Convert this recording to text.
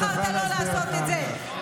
בחרת לא לעשות את זה.